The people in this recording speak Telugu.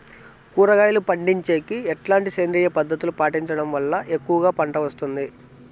కూరగాయలు పండించేకి ఎట్లాంటి సేంద్రియ పద్ధతులు పాటించడం వల్ల ఎక్కువగా పంట వస్తుంది?